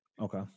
okay